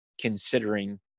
considering